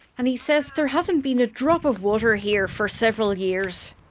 and he says there hasn't been a drop of water here for several years.